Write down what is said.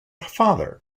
father